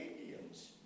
Indians